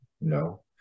no